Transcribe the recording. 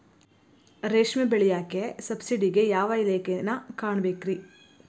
ರೇಷ್ಮಿ ಬೆಳಿಯಾಕ ಸಬ್ಸಿಡಿಗೆ ಯಾವ ಇಲಾಖೆನ ಕಾಣಬೇಕ್ರೇ?